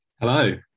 Hello